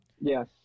Yes